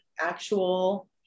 actual